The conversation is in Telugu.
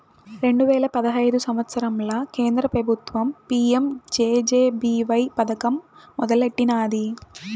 రెండు వేల పదహైదు సంవత్సరంల కేంద్ర పెబుత్వం పీ.యం జె.జె.బీ.వై పదకం మొదలెట్టినాది